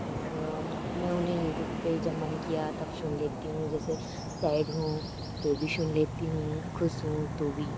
और मैं उन्हें यूटूब पर जब मन किया तब सुन लेती हूँ जैसे सैड हूँ तो भी सुन लेती हूँ ख़ुश हूँ तो भी